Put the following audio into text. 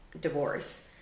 divorce